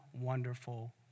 wonderful